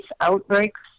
outbreaks